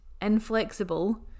inflexible